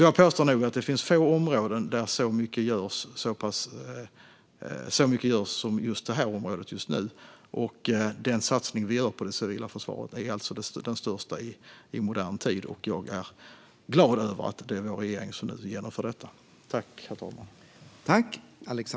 Jag påstår nog att det finns få områden där så mycket görs just nu som just detta område. Den satsning som vi gör på det civila försvaret är alltså den största i modern tid. Jag är glad över att det är vår regering som nu genomför detta.